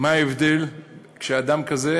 מה ההבדל כשאדם כזה